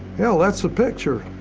hell, that's the picture!